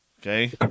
Okay